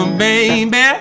baby